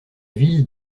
ville